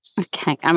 Okay